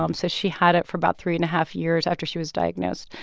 um so she had it for about three and a half years after she was diagnosed,